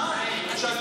בצה"ל,